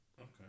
Okay